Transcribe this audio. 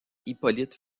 hippolyte